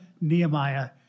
Nehemiah